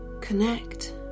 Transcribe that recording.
connect